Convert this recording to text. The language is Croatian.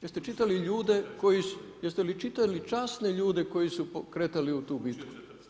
Jeste li čitali ljude, jeste li čitali časne ljude koji su kretali u tu bitku?